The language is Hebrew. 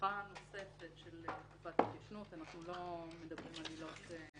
בהארכה הנוספת של תקופת ההתיישנות אנחנו לא מדברים על עילות.